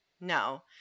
no